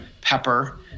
pepper